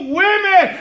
women